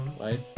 right